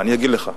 אני אגיד לך: